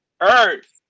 Earth